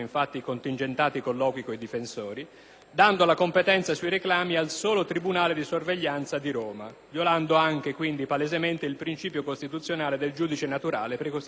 dando la competenza sui reclami al solo tribunale di sorveglianza di Roma, violando con ciò palesemente il principio costituzionale del giudice naturale precostituito per legge.